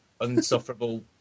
unsufferable